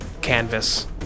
canvas